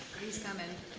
please come in.